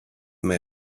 may